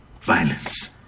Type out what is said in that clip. Violence